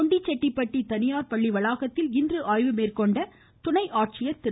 கொண்டிசெட்டிபட்டு தனியார் பள்ளிவளாகத்தில் இன்று ஆய்வு மேற்கொண்ட துணை ஆட்சியர் திரு